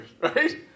right